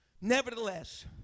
Nevertheless